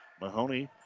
Mahoney